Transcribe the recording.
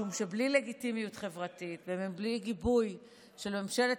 משום שבלי לגיטימיות חברתית ובלי גיבוי של ממשלת